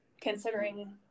considering